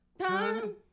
time